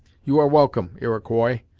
you are welcome, iroquois,